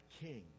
king